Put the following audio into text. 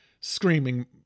screaming